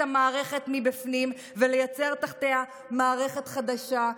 המערכת מבפנים ולייצר תחתיה מערכת חדשה,